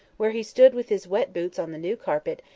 where he stood with his wet boots on the new carpet,